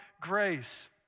grace